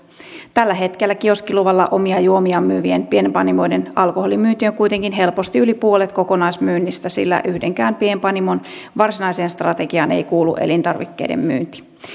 tällä hetkellä kioskiluvalla omia juomiaan myyvien pienpanimoiden alkoholimyynti on kuitenkin helposti yli puolet kokonaismyynnistä sillä yhdenkään pienpanimon varsinaiseen strategiaan ei kuulu elintarvikkeiden myynti